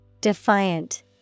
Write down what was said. Defiant